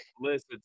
listen